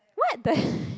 what the